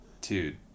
Dude